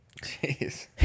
Jeez